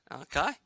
Okay